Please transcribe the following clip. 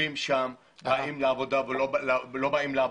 יושבים שם, באים לעבודה ולא באים לעבוד.